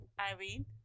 Irene